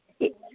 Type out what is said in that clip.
ਠੀਕ